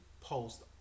post